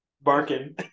barking